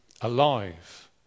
alive